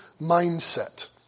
mindset